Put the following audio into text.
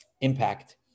Impact